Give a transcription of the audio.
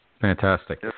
Fantastic